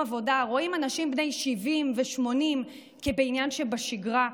עבודה רואים אנשים בני 70 ו-80 כעניין שבשגרה.